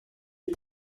est